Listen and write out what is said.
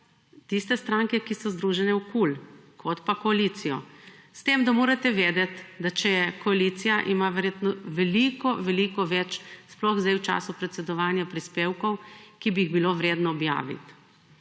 tiste stranke, ki so združene v KUL, kot pa koalicijo. S tem, da morate vedeti, da če je koalicija ima verjetno veliko veliko več, sploh sedaj v času predsedovanja prispevkov, ki bi jih bilo vredno objaviti.